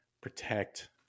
Protect